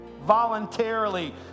voluntarily